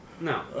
No